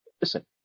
listen